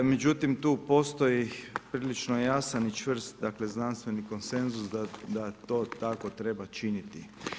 Međutim tu postoji prilično jasan i čvrst, dakle znanstveni konsenzus da to tako treba činiti.